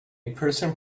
person